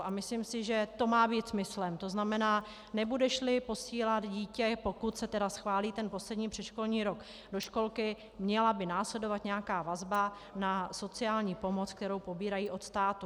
A myslím si, že to má být smyslem, tzn. nebudešli posílat dítě, pokud se tedy schválí ten poslední předškolní rok do školky, měla by následovat nějaká vazba na sociální pomoc, kterou pobírají od státu.